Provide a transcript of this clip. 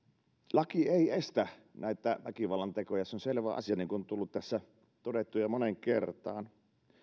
laki ei estä näitä väkivallantekoja se on selvä asia niin kuin on tullut tässä todettua jo moneen kertaan